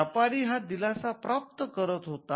व्यापारी हा दिलासा प्राप्त करत होता